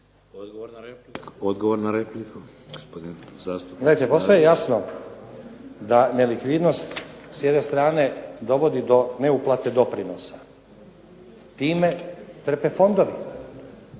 Nenad (SDP)** Gledajte, postaje jasno da nelikvidnost s jedne strane dovodi do neuplate doprinosa. Time trpe fondovi,